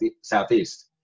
southeast